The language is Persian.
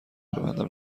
ببندم